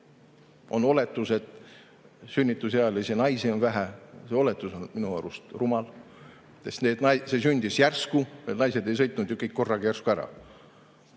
On oletus, et sünnitusealisi naisi on vähe. See oletus on minu arust rumal, sest see [juhtus] järsku. Need naised ei sõitnud ju kõik korraga järsku ära.